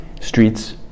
streets